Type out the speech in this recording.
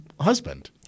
husband